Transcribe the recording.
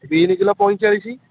bin କିଲୋ ପଇଁଚାଳିଶି